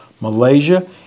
Malaysia